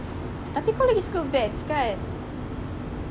tapi kau lagi suka Vans kan